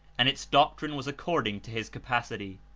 and its doctrine was according to his capacity.